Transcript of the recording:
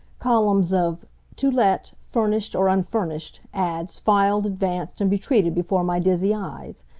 columns of to let, furnished or unfurnished ads filed, advanced, and retreated before my dizzy eyes.